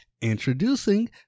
introducing